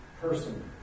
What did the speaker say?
person